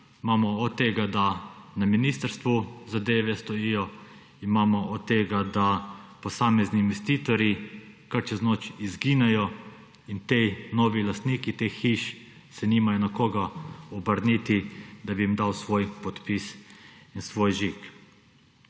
Imamo od tega, da na ministrstvu zadeve stojijo, imamo od tega, da posamezni investitorji kar čez noč izginejo in ti novi lastniki teh hiš se nimajo na koga obrniti, da bi jim dal svoj podpis in svoj žig.